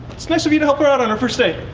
it's nice of you to help her out on her first day.